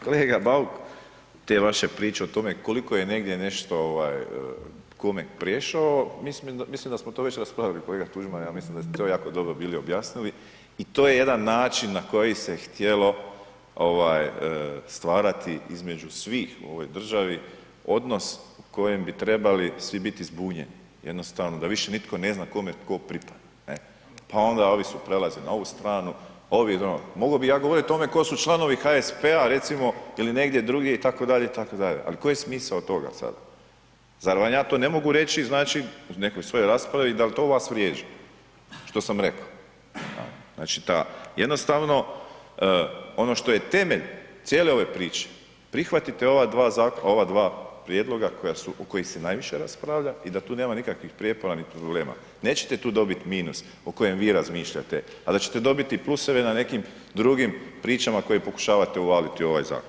Kolega Bauk, te vaše priče o tome koliko je negdje nešto ovaj kome prešao, mislim da smo to već raspravili, kolega Tuđman, ja mislim da ste to jako dobro bili objasnili i to je jedan način na koji se htjelo ovaj stvarati između svih u ovoj državi odnos u kojem bi trebali svi biti zbunjeni, jednostavno da više nitko ne zna kome tko pripada e, pa onda ovi su prelazili na ovu stranu, ovi na onu, mogo bi ja govorit o tome tko su članovi HSP-a recimo ili negdje drugdje itd. itd., ali koji je smisao od toga sada, zar vam ja to ne mogu reći znači u nekoj svojoj raspravi, dal to vas vrijeđa što sam reko, znači ta, jednostavno ono što je temelj cijele ove priče, prihvatite ova dva prijedloga o kojih se najviše raspravlja i da tu nema nikakvih prijepora niti problema, nećete tu dobit minus o kojem vi razmišljate, a da ćete dobiti pluseve na nekim drugim pričama koje pokušavate uvaliti u ovaj zakon.